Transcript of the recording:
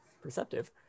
Perceptive